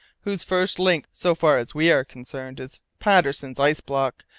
whose first link, so far as we are concerned, is patterson's ice-block,